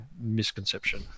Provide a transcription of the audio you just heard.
misconception